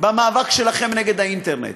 במאבק שלכם נגד האינטרנט.